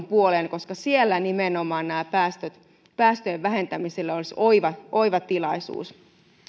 puoleen koska siellä nimenomaan päästöjen vähentämiselle olisi oiva oiva tilaisuus